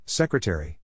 Secretary